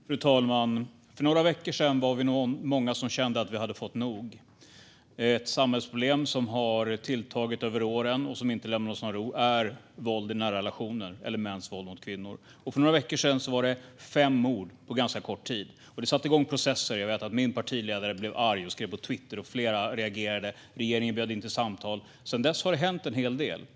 Fru talman! För några veckor sedan var vi nog många som kände att vi hade fått nog. Ett samhällsproblem som har tilltagit över åren och som inte lämnar oss någon ro är våld i nära relationer, eller mäns våld mot kvinnor. För några veckor sedan var det fem mord på ganska kort tid. Det satte igång processer. Jag vet att min partiledare blev arg och skrev på Twitter. Flera reagerade, och regeringen bjöd in till samtal. Sedan dess har det hänt en hel del.